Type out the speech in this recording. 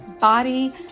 body